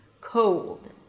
Cold